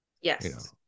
Yes